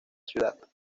ciudad